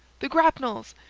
the grapnels!